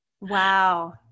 wow